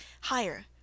higher